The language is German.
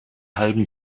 halben